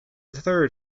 third